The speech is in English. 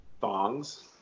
thongs